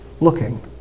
looking